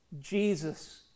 Jesus